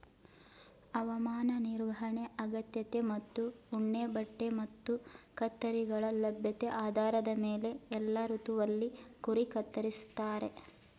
ಹವಾಮಾನ ನಿರ್ವಹಣೆ ಅಗತ್ಯತೆ ಮತ್ತು ಉಣ್ಣೆಬಟ್ಟೆ ಮತ್ತು ಕತ್ತರಿಗಳ ಲಭ್ಯತೆ ಆಧಾರದ ಮೇಲೆ ಎಲ್ಲಾ ಋತುವಲ್ಲಿ ಕುರಿ ಕತ್ತರಿಸ್ತಾರೆ